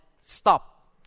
stop